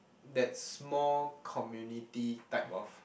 that small community type of